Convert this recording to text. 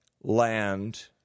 land